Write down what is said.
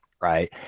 right